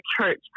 church